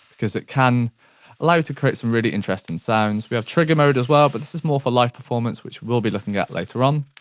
because it can allow you to create some really interesting sounds. we have trigger mode as well, but this is more for live performance, which we'll be looking at later on.